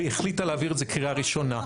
והחליטה להעביר את זה קריאה ראשונה.